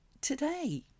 today